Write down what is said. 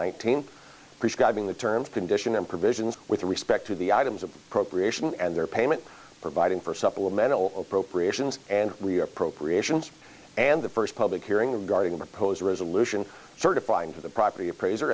nineteen prescribing the term condition and provisions with respect to the items of the appropriation and their payment providing for supplemental appropriations and we are appropriations and the first public hearing regarding a proposed resolution certifying to the property appraiser